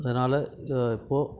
அதனால் இப்போது